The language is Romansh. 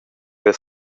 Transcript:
ils